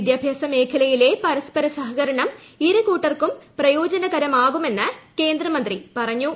വിദ്യാഭ്യാസ മേഖലയിലെ പരസ്പര സഹകരണം ഇരു കൂട്ടർക്കും പ്രയോജനപ്രദമാവുമെന്ന് മന്ത്രി പറഞ്ഞു